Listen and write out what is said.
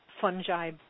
fungi